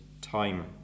time